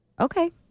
Okay